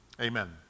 Amen